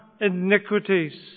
iniquities